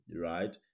right